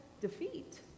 defeat